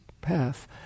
path